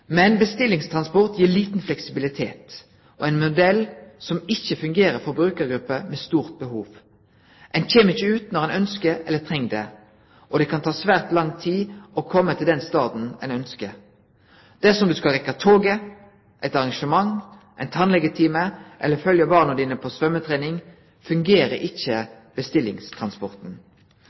Men bestillingstransport gir liten fleksibilitet og er ein modell som ikkje fungerer for brukargrupper med stort behov. Ein kjem ikkje ut når ein ønskjer eller treng det, og det kan ta svært lang tid å kome til den staden ein ønskjer. Dersom du skal rekke toget, eit arrangement, ein tannlegetime eller følgje barna dine på symjetrening, fungerer ikkje bestillingstransporten.